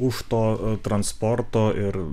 už to transporto ir